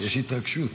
יש התרגשות,